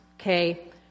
okay